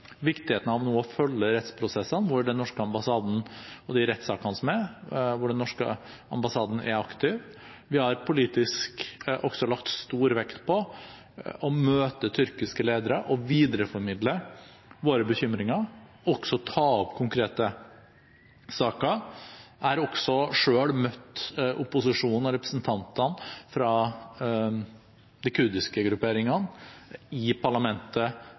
viktigheten av nå å følge rettsprosessene og de rettssakene som er, og den norske ambassaden er aktiv. Vi har politisk også lagt stor vekt på å møte tyrkiske ledere og videreformidle våre bekymringer og også ta opp konkrete saker. Jeg har selv møtt opposisjonen og representanter fra de kurdiske grupperingene i parlamentet